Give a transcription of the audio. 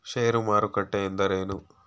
ಷೇರು ಮಾರುಕಟ್ಟೆ ಎಂದರೇನು?